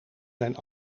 zijn